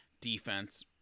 defense